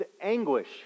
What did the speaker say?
anguish